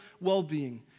well-being